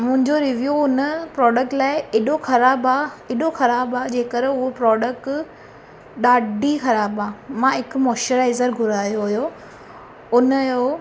मुंहिंजो रिव्यू उन प्रोडक्ट लाइ अहिड़ो ख़राबु आहे अहिड़ो ख़राबु आहे जे कर प्रोडक्ट ॾाढी ख़राबु आहे मां हिकु मॉस्चराइज़र घुरायो हुओ उन जो